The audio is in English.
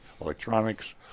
electronics